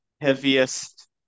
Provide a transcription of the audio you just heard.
heaviest